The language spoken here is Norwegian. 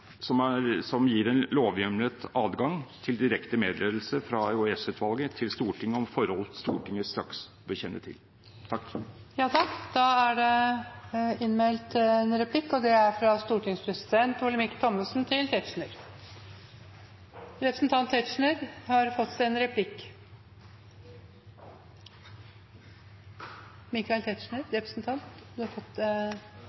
en melding som gir en lovhjemlet adgang til direkte meddelelse fra EOS-utvalget til Stortinget om forhold Stortinget straks bør kjenne til. Det er innmeldt en replikk – fra stortingspresident Olemic Thommessen. Jeg har med interesse lyttet til